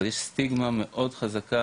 אבל יש סטיגמה מאוד חזקה